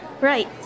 Right